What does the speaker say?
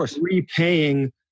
repaying